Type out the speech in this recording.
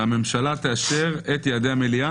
שהממשלה תאשר את יעדי המליאה?